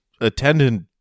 attendant